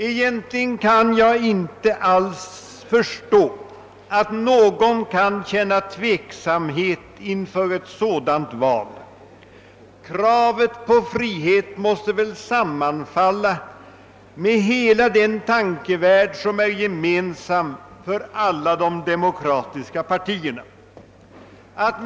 Egentligen kan jag inte alls förstå att någon kan känna tveksamhet inför ett sådant val. Kravet på frihet måste väl sammanfalla med hela den tankevärld som är gemensam för de demokratiska partierna.